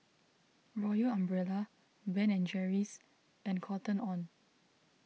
Royal Umbrella Ben and Jerry's and Cotton on